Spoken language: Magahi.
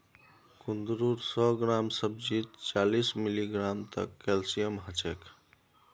कुंदरूर सौ ग्राम सब्जीत चालीस मिलीग्राम तक कैल्शियम ह छेक